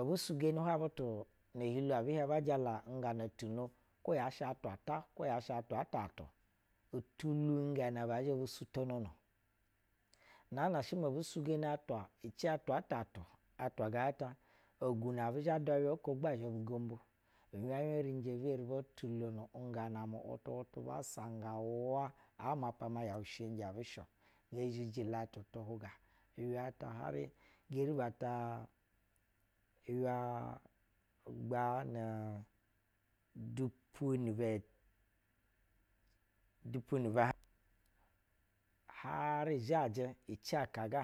ebi sugeni bwai butu no hilo ɛbi hiɛh ba jala ngana tu no kwo ya shɛ atwa ta kwo yashɛ atwa-atatu, ituli ngana bɛɛ zhɛ bu sutonono, naan a shɛ ma abu sugeni atwa ici atwa atatu, atwa gaa ta, ogwu na abi zhɛ dwa uywa oko gba zzhɛ bu gombo. Unyuab yuab ri nje bi eri botulona ngana mu wutu wutu ba sanga uwaa aa mapa ma yɛu shenje abu shɛ-o. gee zhiji latu tu hwuga uywa ta her geri ba ta- uywa gbaa nu dupu ni bɛ dupu nib a har zhajɛ ici aka ga.